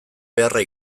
beharra